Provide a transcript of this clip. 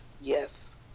yes